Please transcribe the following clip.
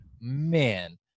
man